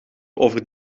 over